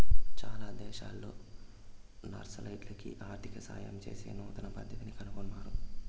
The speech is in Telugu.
చాలా దేశాల్లో నక్సలైట్లకి ఆర్థిక సాయం చేసే నూతన పద్దతిని కనుగొన్నారు